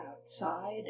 outside